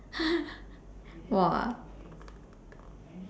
!wah!